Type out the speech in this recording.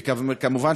וכמובן,